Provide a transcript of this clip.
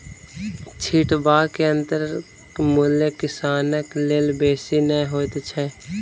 छिटबाक यंत्रक मूल्य किसानक लेल बेसी नै होइत छै